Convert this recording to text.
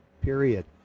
period